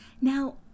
Now